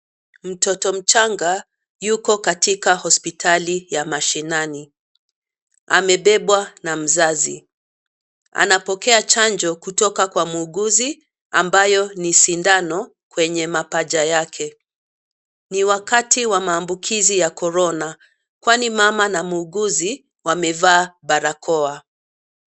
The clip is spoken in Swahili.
Mtoto mchanga yuko katika hospitali ya mashinani, amebebwa na mzazi, anapokea chanjo kutoka kwa muuguzi ambayo ni sindano kwenye mapaja yake. Ni wa wakati wa maabukizi ya corona kwani mama na muuguzi wamevaa barakoa.